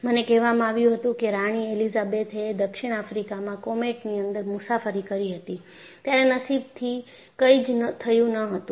મને કહેવામાં આવ્યું હતું કે રાણી એલિઝાબેથ એ દક્ષિણ આફ્રિકામાં કોમેટની અંદર મુસાફરી કરી હતી ત્યારે નસીબથી કંઈ જ થયું ન હતું